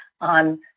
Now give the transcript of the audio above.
on